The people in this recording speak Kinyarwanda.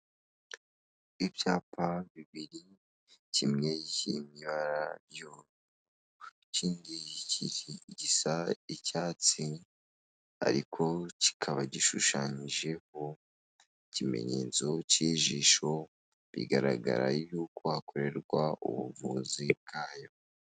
Ibyapa bibiri kimwe kiri mu ibara ry'ubururu ikindi gisa icyatsi ariko kikaba gishushanyijeho ikimenyetso k'ijisho bigaragara yuko hakorerwa ubuvuzi bwayo.